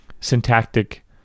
syntactic